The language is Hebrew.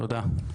תודה.